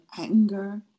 anger